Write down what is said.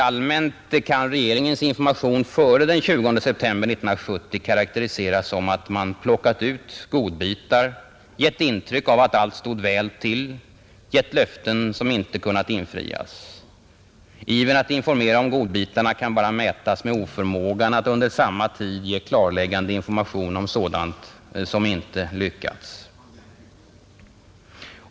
Allmänt kan regeringens information före den 20 september 1970 karakteriseras som att man plockat ut godbitar, gett intryck av att allt stod väl till, gett löften som inte kunnat infrias. Ivern att informera om godbitarna kan bara jämföras med oförmågan att under samma tid ge klarläggande information om sådant som inte lyckats.